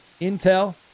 intel